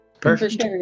perfect